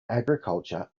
agriculture